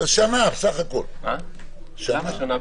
בסך הכול בשנה.